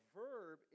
verb